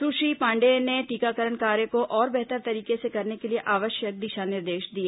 सुश्री पांडेय ने टीकाकरण कार्य को और बेहतर तरीके से करने के लिए आवश्यक दिशा निर्देश दिए